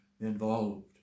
involved